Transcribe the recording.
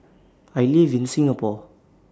I live in Singapore